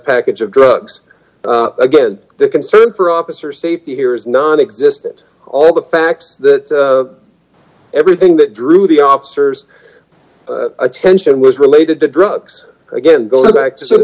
package of drugs again their concern for officer safety here is nonexistent all the facts that everything that drew the officers attention was related to drugs again going back to